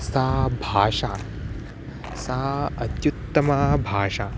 सा भाषा सा अत्युत्तमा भाषा